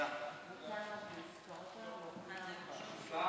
אדוני היושב-ראש?